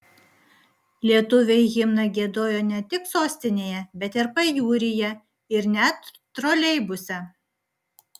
lietuviai himną giedojo ne tik sostinėje bet ir pajūryje ir net troleibuse